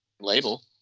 label